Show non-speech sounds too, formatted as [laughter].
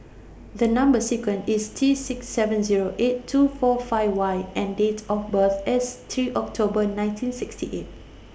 [noise] The Number sequence IS T six seven Zero eight two four five Y and Date of birth IS three October nineteen sixty eight